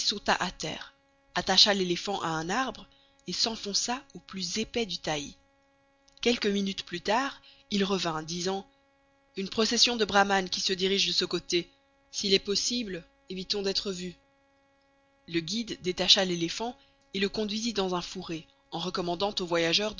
à terre attacha l'éléphant à un arbre et s'enfonça au plus épais du taillis quelques minutes plus tard il revint disant une procession de brahmanes qui se dirige de ce côté s'il est possible évitons d'être vus le guide détacha l'éléphant et le conduisit dans un fourré en recommandant aux voyageurs